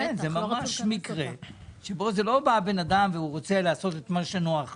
-- זה ממש מקרה שלא בא אדם ורוצה לעשות את מה שנוח לו,